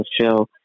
show